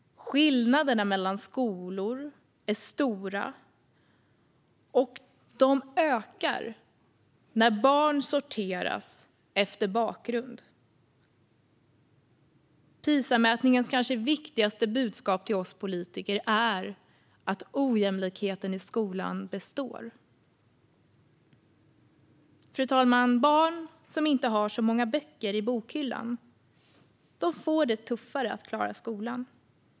Skillnaderna mellan skolor är stora, och de ökar när barn sorteras efter bakgrund. PISA-mätningens kanske viktigaste budskap till oss politiker är att ojämlikheten i skolan består. Fru talman! Barn som inte har så många böcker i bokhyllan får det tuffare att klara skolan.